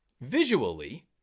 Visually